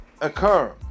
occur